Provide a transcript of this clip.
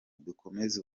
dukomeze